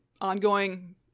ongoing